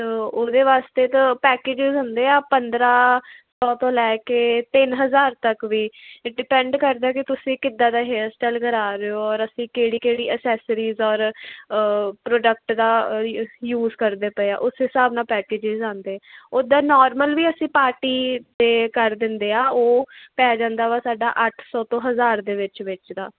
ਤਾਂ ਉਹਦੇ ਵਾਸਤੇ ਤੋਂ ਪੈਕਿਜਿਜ ਹੁੰਦੇ ਆ ਪੰਦਰਾਂ ਸੌ ਤੋਂ ਲੈ ਕੇ ਤਿੰਨ ਹਜ਼ਾਰ ਤੱਕ ਵੀ ਡਿਪੈਂਡ ਕਰਦਾ ਕਿ ਤੁਸੀਂ ਕਿੱਦਾਂ ਦਾ ਹੇਅਰ ਸਟਾਈਲ ਕਰਾ ਰਹੇ ਹੋ ਕਿਹੜੀ ਕਿਹੜੀ ਅਸੈਸਰੀਜ਼ ਔਰ ਪ੍ਰੋਡਕਟ ਦਾ ਯੂਜ ਕਰਦੇ ਪਏ ਆ ਉਸ ਹਿਸਾਬ ਨਾਲ ਪੈਕੇਜਜ ਆਉਂਦੇ ਉੱਦਾਂ ਨੋਰਮਲ ਵੀ ਅਸੀਂ ਪਾਰਟੀ 'ਤੇ ਕਰ ਦਿੰਦੇ ਆ ਉਹ ਪੈ ਜਾਂਦਾ ਵਾ ਸਾਡਾ ਅੱਠ ਸੌ ਤੋਂ ਹਜ਼ਾਰ ਦੇ ਵਿੱਚ ਵਿੱਚ ਦਾ